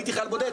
הייתי חייל בודד,